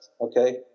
Okay